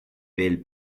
veel